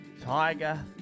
Tiger